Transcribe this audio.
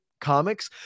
comics